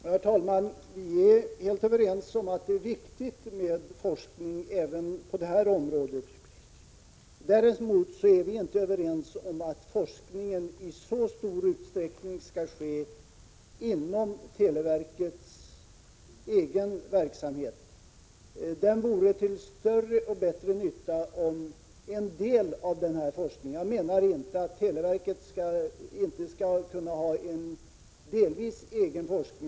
Herr talman! Vi är helt överens om att det är viktigt med forskning även på detta område. Däremot är vi inte överens om att forskningen i så stor utsträckning skall ske inom televerkets eget verksamhetsområde. Jag menar inte att televerket inte skall ha en delvis egen forskning.